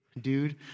dude